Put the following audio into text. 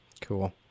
Cool